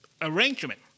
arrangement